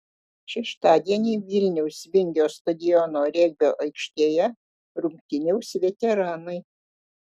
šeštadienį vilniaus vingio stadiono regbio aikštėje rungtyniaus veteranai